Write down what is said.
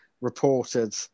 reported